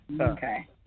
Okay